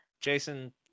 Jason